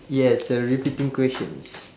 yes they're repeating questions